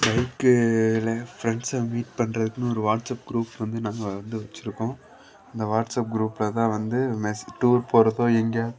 பைக்கில் ஃப்ரெண்ட்ஸை மீட் பண்றதுக்குன்னு ஒரு வாட்ஸப் க்ரூப் வந்து நாங்கள் வந்து வைச்சுருக்கோம் அந்த வாட்ஸப் க்ரூப்பில் தான் வந்து மெஸ் டூர் போகிறப்போ எங்கள்